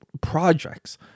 projects